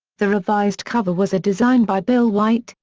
the revised cover was a design by bill white,